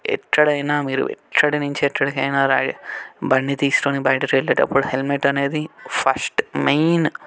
ఎక్కడైనా మీరు ఎక్కడి నుంచి ఎక్కడికైనా బండి తీసుకొని బయటకి వెళ్ళేటప్పుడు హెల్మెట్ అనేది ఫస్ట్ మెయిన్